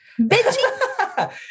Bitchy